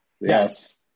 Yes